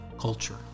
culture